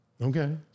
Okay